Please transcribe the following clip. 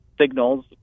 signals